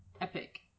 epic